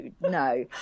no